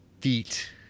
feet